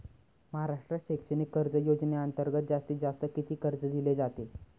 महाराष्ट्र शैक्षणिक कर्ज योजनेअंतर्गत जास्तीत जास्त किती कर्ज दिले जाते?